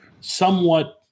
somewhat